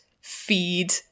feed